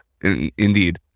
indeed